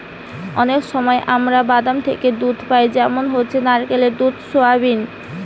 অনেক সময় আমরা বাদাম থিকে দুধ পাই যেমন হচ্ছে নারকেলের দুধ, সোয়া মিল্ক